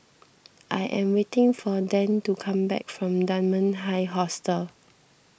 I am waiting for Dan to come back from Dunman High Hostel